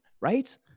Right